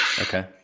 okay